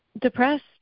depressed